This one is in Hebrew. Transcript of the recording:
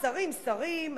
השרים שרים,